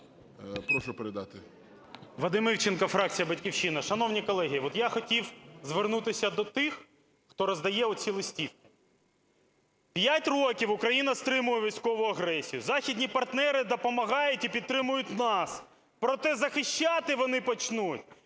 ІВЧЕНКО В.Є. Вадим Івченко, фракція "Батьківщина". Шановні колеги, от я хотів звернутися до тих, хто роздає оці листівки. П'ять років Україна стримує військову агресію. Західні партнери допомагають і підтримують нас, проте захищати вони почнуть